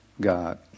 God